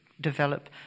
develop